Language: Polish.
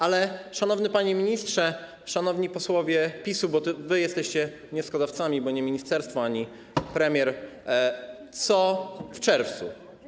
Ale, szanowny panie ministrze, szanowni posłowie PiS-u, bo to wy jesteście wnioskodawcami, bo nie ministerstwo ani premier, co w czerwcu?